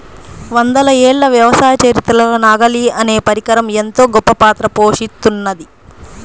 వందల ఏళ్ల వ్యవసాయ చరిత్రలో నాగలి అనే పరికరం ఎంతో గొప్పపాత్ర పోషిత్తున్నది